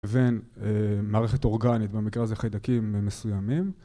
לבין מערכת אורגנית, במקרה הזה חיידקים מסוימים